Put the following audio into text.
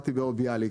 למדתי באורט ביאליק.